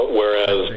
whereas